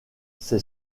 qui